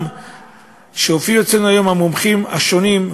גם הופיעו אצלנו היום המומחים השונים,